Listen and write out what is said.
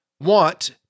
want